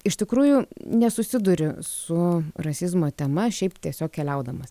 iš tikrųjų nesusiduriu su rasizmo tema šiaip tiesiog keliaudamas